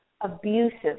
abusive